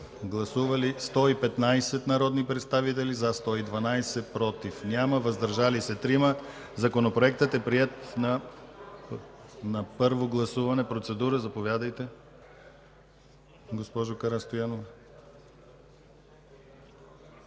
Гласували 115 народни представители: за 112, против няма, въздържали се 3. Законопроектът е приет на първо гласуване. Процедура – заповядайте, госпожо Карастоянова.